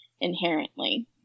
inherently